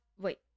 wait